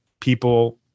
people